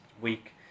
week